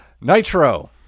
Nitro